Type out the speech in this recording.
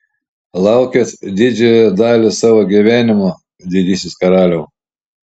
laukėt didžiąją dalį savo gyvenimo didysis karaliau